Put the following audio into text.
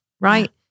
Right